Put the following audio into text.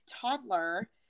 toddler